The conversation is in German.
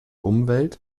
umwelt